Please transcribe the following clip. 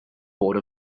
board